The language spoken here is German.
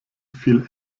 viel